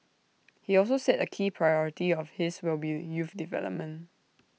he also said A key priority of his will be youth development